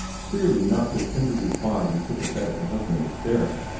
clearly not so tenderly fond and sympathetic a husband as theron.